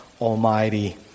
Almighty